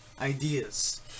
ideas